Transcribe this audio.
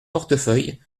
portefeuille